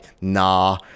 nah